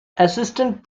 assistant